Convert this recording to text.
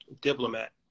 diplomat